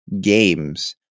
Games